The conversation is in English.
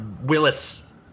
Willis